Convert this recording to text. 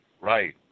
right